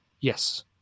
Yes